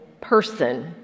person